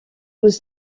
was